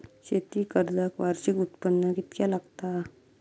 शेती कर्जाक वार्षिक उत्पन्न कितक्या लागता?